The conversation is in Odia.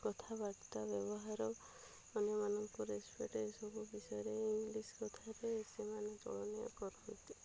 କଥାବାର୍ତ୍ତା ବ୍ୟବହାର ଅନ୍ୟମାନଙ୍କୁ ରେସପେକ୍ଟ୍ ଏସବୁ ବିଷୟରେ ଇଂଲିଶ୍ କଥାରେ ସେମାନେ ଚଳନୀୟ କରନ୍ତି